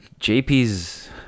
JP's